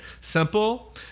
simple